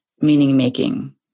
meaning-making